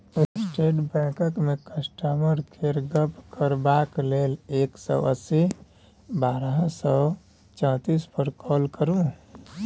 state बैंकक customer केयरसँ गप्प करबाक लेल एक सय अस्सी बारह सय चौतीस पर काँल करु